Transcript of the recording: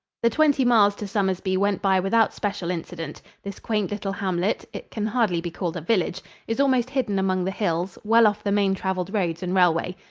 the twenty miles to somersby went by without special incident. this quaint little hamlet it can hardly be called a village is almost hidden among the hills, well off the main-traveled roads and railway.